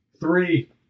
three